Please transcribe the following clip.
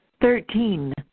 Thirteen